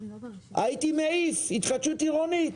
הייתי --- התחדשות עירונית.